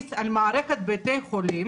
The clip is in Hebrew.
להעמיס על מערכת בתי החולים